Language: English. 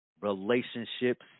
relationships